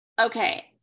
okay